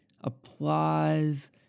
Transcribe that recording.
applause